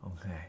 Okay